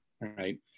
right